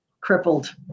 crippled